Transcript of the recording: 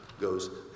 goes